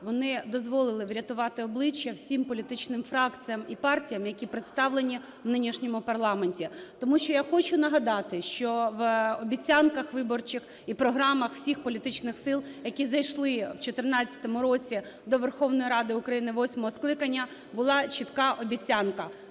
вони дозволили врятувати обличчя всім політичним фракціям і партіям, які представлені у нинішньому парламенті. Тому що я хочу нагадати, що в обіцянках виборчих і програмах всіх політичних сил, які зайшли в 14-му році до Верховної Ради України восьмого скликання, була чітка обіцянка